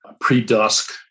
pre-dusk